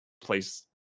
place